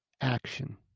action